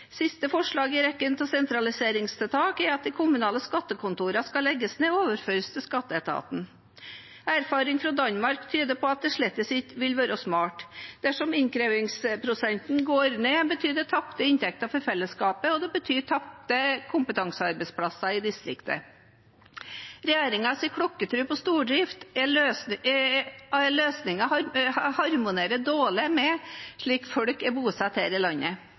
Siste forslag i rekken av sentraliseringstiltak er at de kommunale skattekontorene skal legges ned og overføres til skatteetaten. Erfaring fra Danmark tyder på at det slettes ikke vil være smart. Dersom innkrevingsprosenten går ned, betyr det tapte inntekter for fellesskapet, og det betyr tapte kompetansearbeidsplasser i distriktene. Regjeringens klokkertro på at stordrift alltid er løsningen, harmonerer dårlig med slik folk er bosatt her i landet.